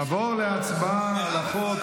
נעבור להצבעה על החוק,